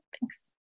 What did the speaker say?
Thanks